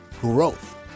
growth